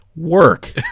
work